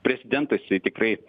prezidentas tikrai